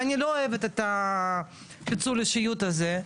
ואני לא אוהבת את הפיצול אישיות הזה,